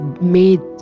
made